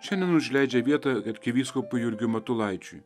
šiandien užleidžia vietą arkivyskupui jurgiui matulaičiui